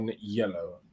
yellow